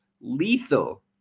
lethal